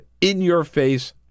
in-your-face